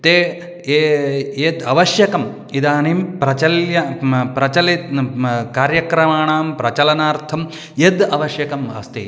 ते ये यत् आवश्यकम् इदानीं प्रचल्य म प्रचलि कार्यक्रमाणां प्रचलनार्थं यत् आवश्यकम् अस्ति